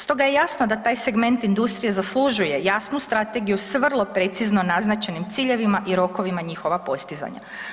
Stoga je jasno da taj segment industrije zaslužuje jasnu strategiju s vrlo precizno naznačenim ciljevima i rokovima njihova postizanja.